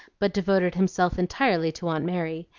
but devoted himself entirely to aunt mary,